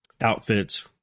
outfits